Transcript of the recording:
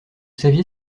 saviez